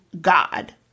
God